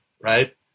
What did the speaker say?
right